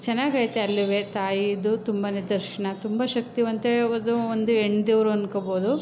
ಚೆನ್ನಾಗೈತೆ ಅಲ್ಲೂ ತಾಯಿದು ತುಂಬನೇ ದರ್ಶನ ತುಂಬ ಶಕ್ತಿವಂತೆ ಹೇಳ್ಬೋದು ಒಂದು ಹೆಣ್ಣು ದೇವರು ಅಂದ್ಕೊಳ್ಬೋದು